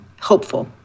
hopeful